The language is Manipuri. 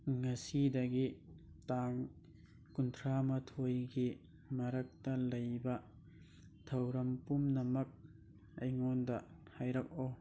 ꯉꯁꯤꯗꯒꯤ ꯇꯥꯡ ꯀꯨꯟꯊ꯭ꯔꯥ ꯃꯥꯊꯣꯏꯒꯤ ꯃꯔꯛꯇ ꯂꯩꯕ ꯊꯧꯔꯝ ꯄꯨꯝꯅꯃꯛ ꯑꯩꯉꯣꯟꯗ ꯍꯥꯏꯔꯛꯎ